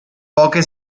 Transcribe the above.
poche